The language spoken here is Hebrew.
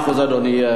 לוועדת